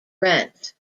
rent